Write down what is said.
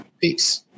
Peace